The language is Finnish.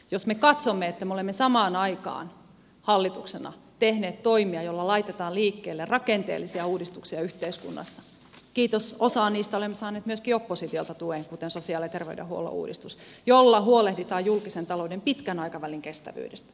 jos me katsomme me olemme samaan aikaan hallituksena tehneet toimia joilla laitetaan liikkeelle rakenteellisia uudistuksia yhteiskunnassa kiitos osaan niistä olemme saaneet myöskin oppositiolta tuen kuten sosiaali ja terveydenhuollon uudistukseen millä huolehditaan julkisen talouden pitkän aikavälin kestävyydestä